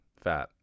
fat